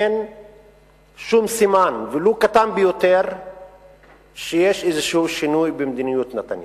אין שום סימן ולו הקטן ביותר שיש איזה שינוי במדיניות של נתניהו.